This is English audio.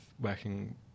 working